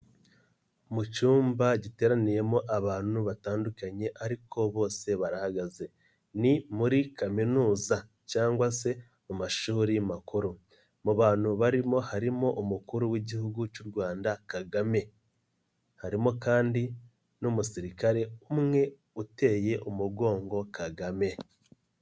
Mu cyumba giteraniyemo abantu batandukanye ariko bose barahagaze, ni muri kaminuza cyangwa se mu mashuri makuru, mu bantu barimo harimo umukuru w'Igihugu cy'u Rwanda Kagame, harimo kandi n'umusirikare umwe, uteye umugongo Kagame.